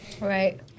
right